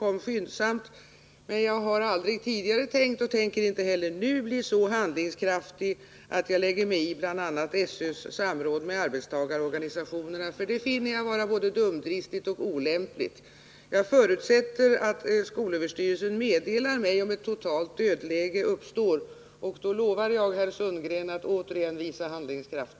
Jag har dock aldrig tidigare tänkt och tänker inte heller nu bli så handlingskraftig att jag lägger mig i bl.a. SÖ:s samråd med arbetstagarorganisationerna. Det finner jag vara både dumdristigt och olämpligt. Jag förutsätter att skolöverstyrelsen meddelar mig om ett totalt dödläge uppstår, och då lovar jag, herr Sundgren, att återigen visa handlingskraft.